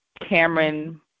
cameron